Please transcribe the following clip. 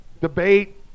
debate